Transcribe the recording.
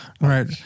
right